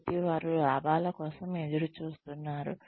కాబట్టి వారు లాభాల కోసం చూస్తున్నారు